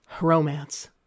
Romance